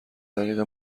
طریق